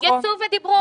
יצאו ודיברו.